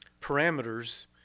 parameters